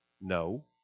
No